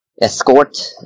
escort